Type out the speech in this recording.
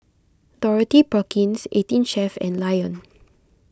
Dorothy Perkins eighteen Chef and Lion